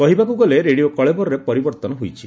କହିବାକୁ ଗଲେ ରେଡିଓ କଳେବରରେ ପରିବର୍ଭନ ହୋଇଛି